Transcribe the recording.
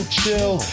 chill